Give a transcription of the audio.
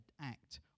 act